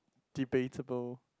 debatable